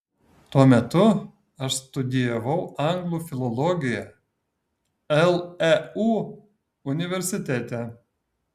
tuo metu aš studijavau anglų filologiją leu universitete